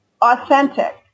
authentic